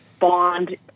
bond